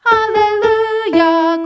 Hallelujah